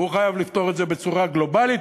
הוא חייב לפתור את זה בצורה גלובלית,